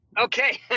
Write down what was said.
Okay